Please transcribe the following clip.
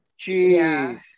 Jeez